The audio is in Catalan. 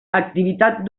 activitat